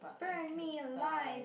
burn me alive